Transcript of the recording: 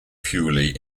purely